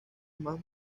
más